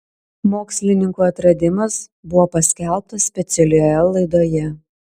mokslininkų atradimas buvo paskelbtas specialioje laidoje